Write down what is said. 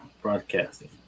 broadcasting